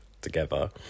together